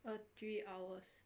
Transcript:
uh three hours